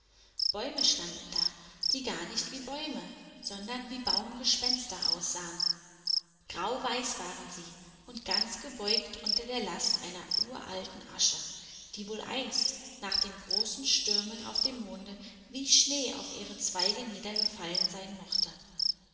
bäume standen da die gar nicht wie bäume sondern wie baumgespenster aussahen grauweiß waren sie und ganz gebeugt unter der last einer uralten asche die wohl einst nach großen stürmen auf dem monde wie schnee auf ihre zweige niedergefallen sein mochte